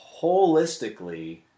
holistically